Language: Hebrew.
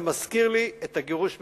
שזה מזכיר לי את הגירוש מגוש-קטיף.